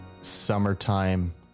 summertime